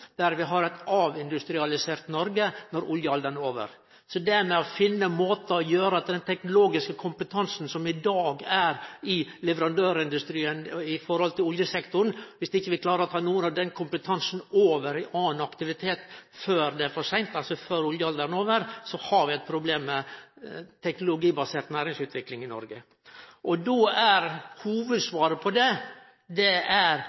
der vi har eit avindustrialisert Noreg når oljealderen er over. Dersom vi ikkje klarer å ta noko av den teknologiske kompetansen som i dag er i leverandørindustrien med omsyn til oljesektoren, over i annan aktivitet før det er for seint, altså før oljealderen er over, har vi eit problem med teknologibasert næringsutvikling i Noreg. Hovudsvaret på det er – det gjeld kunnskapsministeren, eller riktigast, næringsministeren – at det er